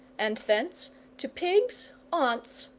and thence to pigs, aunts,